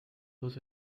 dos